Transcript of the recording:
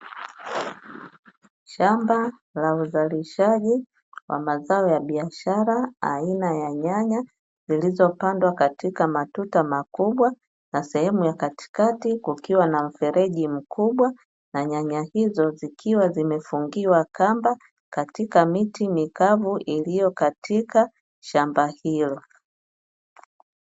Shamba la uzalishaji wa mazao ya biashara aina ya nyanya zilizopandwa katika matuta makubwa na sehemu ya katikati kukiwa na mfereji mkubwa na nyanya hizo, zikiwa zimefungiwa kamba katika miti mikavu iliyokatika shamba hilo.